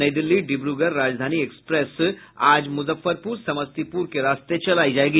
नई दिल्ली डिब्रगढ़ राजधानी एक्सप्रेस आज मुजफ्फरपुर समस्तीपुर के रास्ते चलायी जायेगी